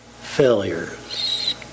failures